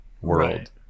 world